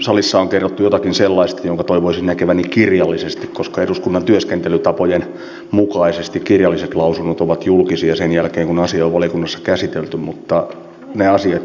merkitys on kerrottu jotakin sellaista jonka toivoisin näkeväni kirjallisesti koska eduskunnan suuri myös matkailumarkkinoinnin näkökulmasta esimerkkinä hollywood tuotanto hanna josta osa juonellisesti sijoittui kuusamoon mutta ne asiat